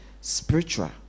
Spiritual